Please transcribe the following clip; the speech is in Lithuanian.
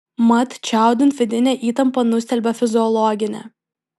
mat čiaudint vidinę įtampą nustelbia fiziologinė